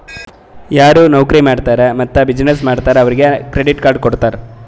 ಯಾರು ನೌಕರಿ ಮಾಡ್ತಾರ್ ಮತ್ತ ಬಿಸಿನ್ನೆಸ್ ಮಾಡ್ತಾರ್ ಅವ್ರಿಗ ಕ್ರೆಡಿಟ್ ಕಾರ್ಡ್ ಕೊಡ್ತಾರ್